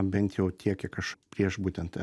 bent jau tiek kiek aš prieš būtent